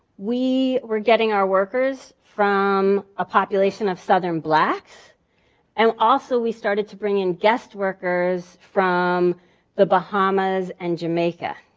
we were getting our workers from a population of southern blacks and also we started to bring in guest workers from the bahamas and jamaica.